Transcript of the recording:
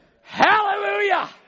Hallelujah